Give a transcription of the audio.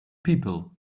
people